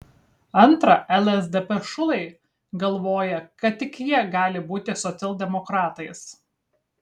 antra lsdp šulai galvoja kad tik jie gali būti socialdemokratais